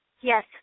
Yes